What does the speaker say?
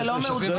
זה לא מדויק,